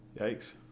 Yikes